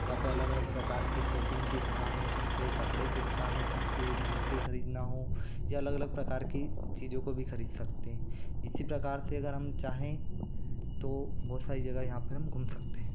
जहाँ पर अलग अलग प्रकार के सोपिंग के स्थान हो सकते है कपड़े के स्थान हो सकते है जूते ख़रीदना हो या अलग अलग प्रकार की चीज़ों को भी ख़रीद सकते हैं इसी प्रकार से अगर हम चाहें तो बहुत सारी जगह यहाँ पर हम घूम सकते हैं